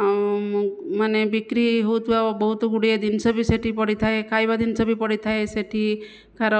ଆଉ ମୁଁ ମାନେ ବିକ୍ରି ହେଉଥିବା ବହୁତଗୁଡ଼ିଏ ଜିନିଷ ବି ସେଠି ପଡ଼ିଥାଏ ଖାଇବା ଜିନିଷ ବି ପଡ଼ିଥାଏ ସେଠିକାର